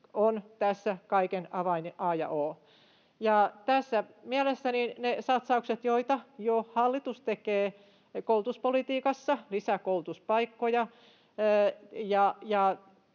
ovat tässä kaiken avain, a ja o. Tässä mielessä ne satsaukset, joita hallitus jo tekee koulutuspolitiikassa, lisää koulutuspaikkoja.